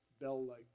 bell-like